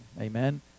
Amen